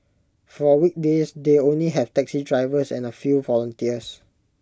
for weekdays they only have taxi drivers and A few volunteers